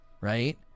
right